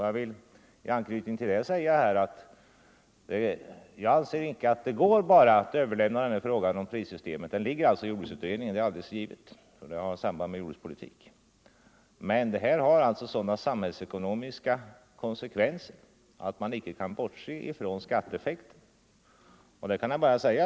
Jag vill med anknytning till det säga att jag anser att det bara icke går att överlämna frågan om prissystemet till jordbruksutredningen, där den givetvis behandlas, eftersom den har samband med jordbrukspolitik. Den har sådana samhällsekonomiska konsekvenser att man icke kan bortse från skatteeffekten.